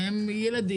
יש להם ילדים,